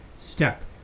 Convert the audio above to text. step